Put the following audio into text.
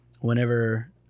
Whenever